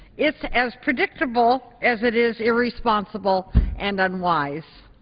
it's as predictable as it is irresponsible and unwise.